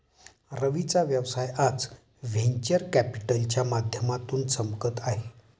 रवीचा व्यवसाय आज व्हेंचर कॅपिटलच्या माध्यमातून चमकत आहे